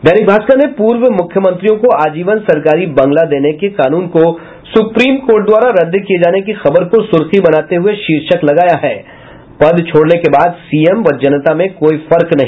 दैनिक भास्कर ने पूर्व मुख्यमंत्रियों को आजीवन सरकारी बंगला देने के कानून को सुप्रीम कोर्ट द्वारा रद्द किये जाने की खबर को सुर्खी बनाते हुए शीर्षक लगाया है पद छोड़ने के बाद सीएम व जनता में कोई फर्क नहीं